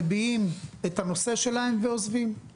מביאים את הנושא שלהם ועוזבים.